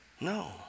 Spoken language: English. No